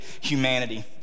humanity